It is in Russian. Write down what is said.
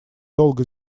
долго